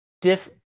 diff